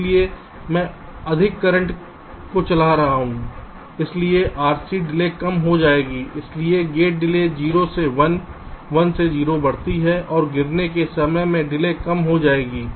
इसलिए मैं अधिक करंट को चला सकता हूं इसलिए मेरी RC डिले कम हो जाएगी इसलिए गेट डिले 0 से 1 1 से 0 बढ़ती और गिरने के समय में डिले कम हो जाएगी